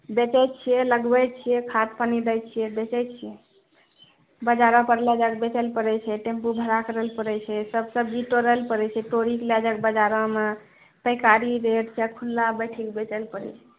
बेचै छियै लगबै छियै खाद्य पानि दै छियै बेचै छियै बजारो पर लए जाए कऽ बेचऽ लऽ पड़ै छै टेम्पू भाड़ा करऽ लऽ पड़ै छै सब सब्जी तोड़ऽ लऽ पड़ै छै तोड़ि कऽ लए जाए कऽ बजारमे पैकारी रेट चाहे खुल्ला बेचऽ लऽ पड़ै छै